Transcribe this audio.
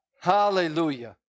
Hallelujah